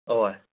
اوا